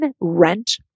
rent